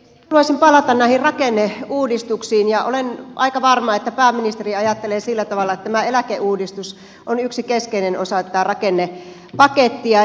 haluaisin palata näihin rakenneuudistuksiin ja olen aika varma että pääministeri ajattelee sillä tavalla että tämä eläkeuudistus on yksi keskeinen osa tätä rakennepakettia